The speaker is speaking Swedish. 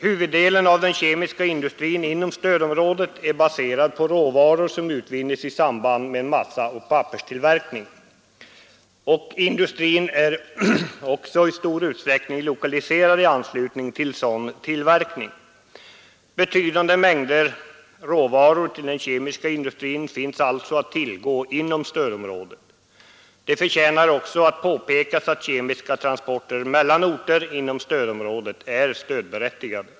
Huvuddelen av den kemiska industrin inom stödområdet är baserad på råvaror som utvinnes i samband med massaoch papperstillverkning. Industrin är också i stor utsträckning lokaliserad i anslutning till sådan tillverkning. Betydande mängder råvaror till den kemiska industrin finns alltså att tillgå inom stödområdet. Det förtjänar också påpekas att kemiska transporter mellan orter inom stödområdet är stödberättigade.